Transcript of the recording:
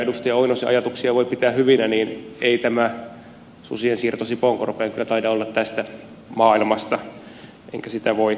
lauri oinosen ajatuksia voi pitää hyvinä niin ei tämä susien siirto sipoonkorpeen kyllä taida olla tästä maailmasta enkä sitä voi kannattaa